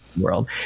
world